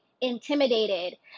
intimidated